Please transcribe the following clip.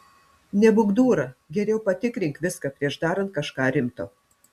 nebūk dūra geriau patikrink viską prieš darant kažką rimto